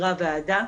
והעדה,